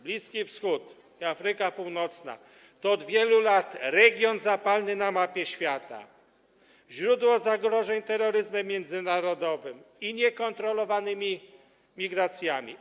Bliski Wschód i Afryka Północna to od wielu lat region zapalny na mapie świata, źródło zagrożeń terroryzmem międzynarodowym i niekontrolowanymi migracjami.